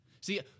See